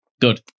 Good